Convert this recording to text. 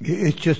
it's just